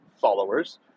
followers